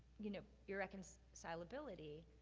you know, irreconcilability.